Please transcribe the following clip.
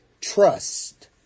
Trust